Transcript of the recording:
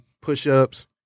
push-ups